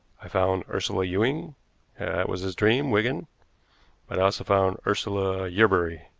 i found ursula ewing, that was his dream, wigan but i also found ursula yerbury.